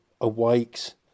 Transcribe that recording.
awakes